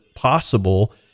possible